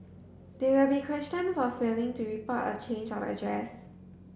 they will be questioned for failing to report a change of address